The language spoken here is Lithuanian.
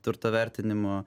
turto vertinimo